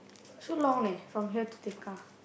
so long leh from here to Tekka